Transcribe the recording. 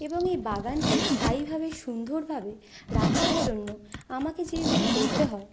এবং এই বাগানকে স্থায়ীভাবে সুন্দরভাবে রাখার জন্য আমাকে যেইগুলো করতে হয়